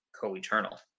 co-eternal